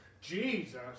Jesus